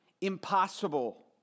impossible